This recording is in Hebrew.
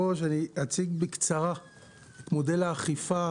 אציג בקצרה את מודל האכיפה